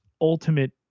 ultimate